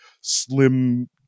slim